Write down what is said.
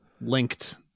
linked